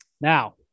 Now